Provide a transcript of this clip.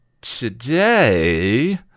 today